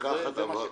זה מה שחשוב.